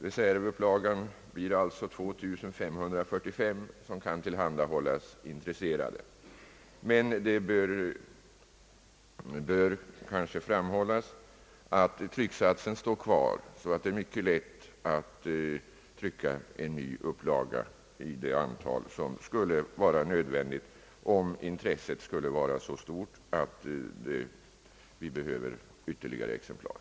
Reservupplagan blir alltså 2 545 exemplar som kan tillhandahållas intresserade. Men det bör kanske framhållas att trycksatsen står kvar, så att det är mycket lätt att trycka en ny upplaga i det antal som skulle vara nödvändigt om intresset skulle vara så stort att vi behöver ytterligare exemplar.